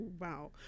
wow